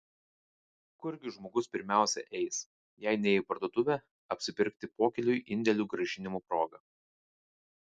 kurgi žmogus pirmiausia eis jei ne į parduotuvę apsipirkti pokyliui indėlių grąžinimo proga